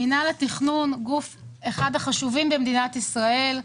מינהל התכנון הוא מהגופים החשובים במדינת ישראל.